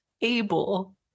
able